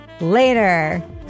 later